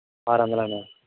ఆరు వందల అన్న